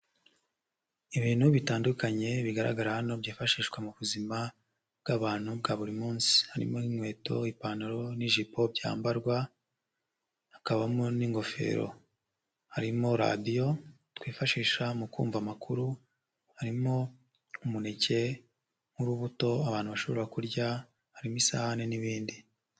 Ibintu bitandukanye bigaragara hano byifashishwa mu buzima bw'abantu bwa buri munsi. Harimo nk'inkweto, ipantaro n'ijipo byambarwa, hakabamo n'ingofero. Harimo radiyo twifashisha mu kumva amakuru. Harimo umuneke nk'urubuto abantu bashobora kurya, harimo isahani n'ibindi.